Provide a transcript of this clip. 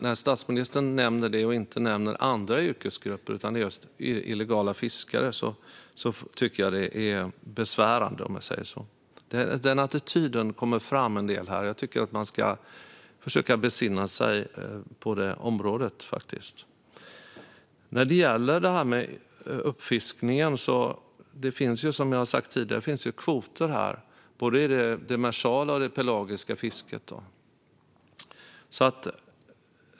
När statsministern nämner just illegala fiskare men inte nämner andra yrkesgrupper tycker jag att det är besvärande. Den attityden kommer fram en del här. Jag tycker att man ska försöka besinna sig på det området. När det gäller utfiskningen finns det kvoter i både det demersala och det pelagiska fisket.